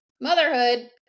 motherhood